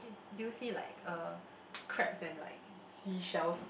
do you see like uh crabs and like sea shells